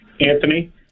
Anthony